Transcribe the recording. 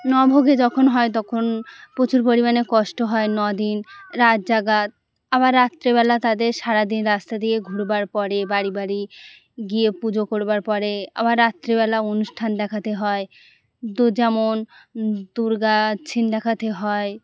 ন ভোগে যখন হয় তখন প্রচুর পরিমাণে কষ্ট হয় নদিন রাত জাগা আবার রাত্রেবেলা তাদের সারাদিন রাস্তা দিয়ে ঘুরবার পরে বাড়ি বাড়ি গিয়ে পুজো করবার পরে আবার রাত্রেবেলা অনুষ্ঠান দেখাতে হয় যেমন দুর্গা সিন দেখাতে হয়